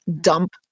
dump